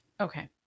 Okay